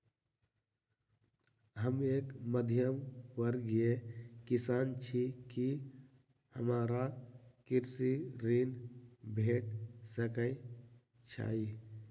हम एक मध्यमवर्गीय किसान छी, की हमरा कृषि ऋण भेट सकय छई?